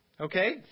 Okay